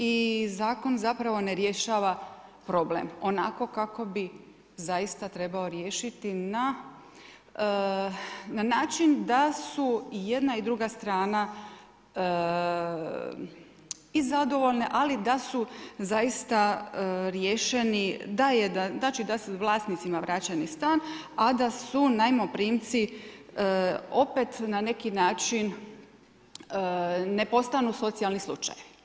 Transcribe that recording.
I Zakon zapravo ne rješava problem onako kako bi zaista trebao riješiti na način da su i jedna i druga strana i zadovoljene, ali da su zaista riješeni, znači da se vlasnicima vraćeni stanovi, a da su najmoprimci opet, na neki način, ne postanu socijalni slučaj.